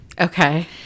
Okay